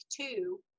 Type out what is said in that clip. two